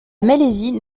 malaisie